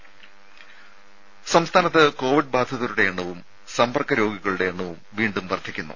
ദർദ സംസ്ഥാനത്ത് കോവിഡ് ബാധിതരുടെ എണ്ണവും സമ്പർക്ക രോഗികളുടെ എണ്ണവും വീണ്ടും വർദ്ധിക്കുന്നു